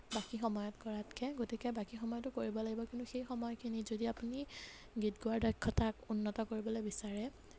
বাকী সময়ত কৰাতকৈ গতিকে বাকী সময়তো কৰিব লাগিব কিন্তু সেই সময়খিনিত যদি আপুনি গীত গোৱাৰ দক্ষতাক উন্নত কৰিবলৈ বিচাৰে